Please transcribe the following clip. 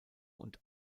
und